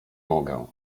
mogę